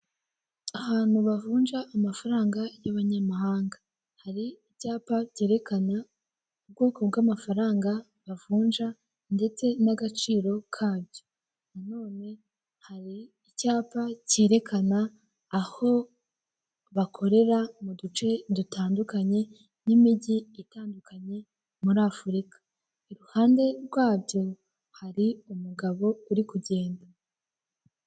Ahantu bavunja amafaranga y'abanyamahanga, hari ibyapa byerekana ubwoko bw'amafaranga bavunja ndetse n'agaciro kabyo, nano hari icyapa cyerekana aho bakorera m'uduce dutandukanye n'imijyi itandukanye muri Afurika iruhande rwabyo hari umugabo uri kugenda.